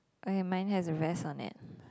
oh ya mine has a vest on it